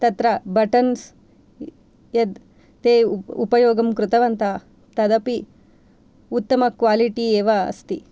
तत्र बट्टन्स् यद् ते उपयोगं कृतवन्तः तदपि उत्तम क्वालिटी एव अस्ति